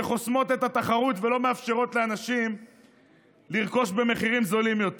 שחוסמות את התחרות ולא מאפשרות לאנשים לרכוש במחירים זולים יותר.